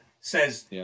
says